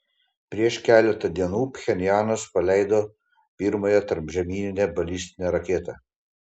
prieš keletą dienų pchenjanas paleido pirmąją tarpžemyninę balistinę raketą